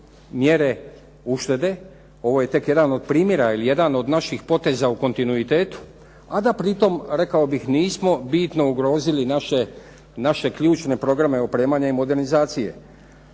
mjere uštede. Ovo je tek jedan od primjera, ili jedan od naših poteza u kontinuitetu, a da pritom rekao bih nismo bitno ugrozili naše ključne programe, opremanje i modernizacije.